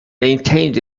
maintained